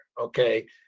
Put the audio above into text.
okay